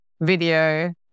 video